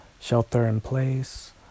shelter-in-place